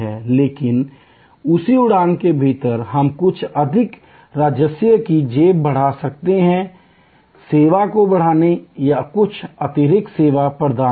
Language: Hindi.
लेकिन उसी उड़ान के भीतर हम बहुत अधिक राजस्व की जेब बढ़ा सकते हैं सेवा को बढ़ाकर या कुछ अतिरिक्त सेवा प्रदान करके